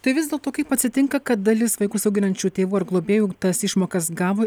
tai vis dėlto kaip atsitinka kad dalis vaikus auginančių tėvų ar globėjų tas išmokas gavo